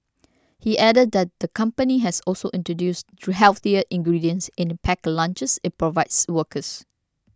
he added that the company has also introduced to healthier ingredients in the packed lunches it provides workers